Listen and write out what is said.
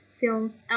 films